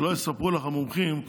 שלא יספרו לך המומחים,